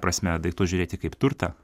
prasme daiktus žiūrėti kaip turtą